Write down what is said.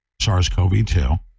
SARS-CoV-2